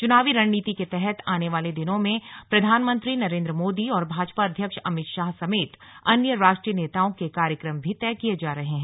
चुनावी रणनीति के तहत आने वाले दिनों में प्रधानमंत्री नरेंद्र मोदी और भाजपा अध्यक्ष अमित शाह समेत अन्य राष्ट्रीय नेताओं के कार्यक्रम भी तय किए जा रहे हैं